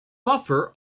buffer